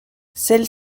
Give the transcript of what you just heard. celles